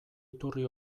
iturri